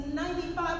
95%